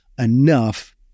enough